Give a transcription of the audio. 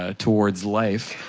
ah towards life.